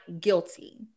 guilty